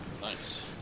Nice